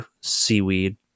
seaweed